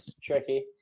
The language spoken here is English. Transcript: tricky